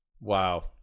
Wow